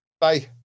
bye